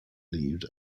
lead